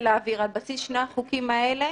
שני החוקים האלה